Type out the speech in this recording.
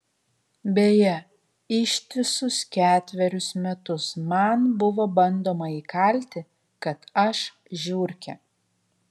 beje ištisus ketverius metus man buvo bandoma įkalti kad aš žiurkė